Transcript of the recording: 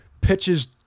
pitches